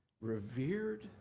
revered